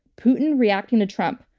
putin reacting to trump.